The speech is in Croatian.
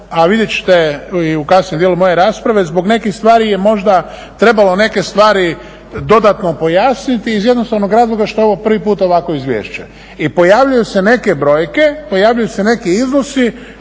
a vidjet ćete i u kasnijem dijelu moje rasprave, zbog nekih stvari je možda trebalo neke stvari dodatno pojasniti iz jednostavnog razloga što je ovo prvi put ovakvo izvješće. I pojavljuju se neke brojke, pojavljuju se neki iznosi